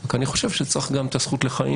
אלא שאני חושב שצריך גם את הזכות לחיים.